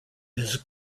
his